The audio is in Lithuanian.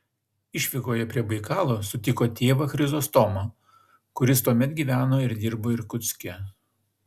išvykoje prie baikalo sutiko tėvą chrizostomą kuris tuomet gyveno ir dirbo irkutske